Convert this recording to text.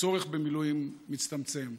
והצורך במילואים מצטמצם.